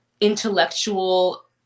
intellectual